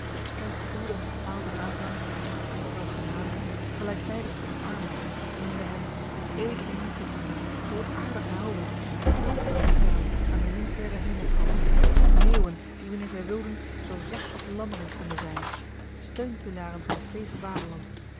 hij gevoelde een bepaalden aangeorge een ongeluksvogel drang om het drietal genadigen gelijktijdig te omarmen noemde ken edele menschenvrienden grootaardige helden flonkersterren aan den militairen hemeltrans leeuwen die wanneer zij wilden zoo zacht als lammeren konden zijn steunpilaren van het veege